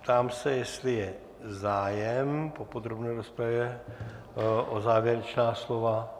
Ptám se, jestli je zájem po podrobné rozpravě o závěrečná slova.